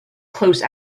close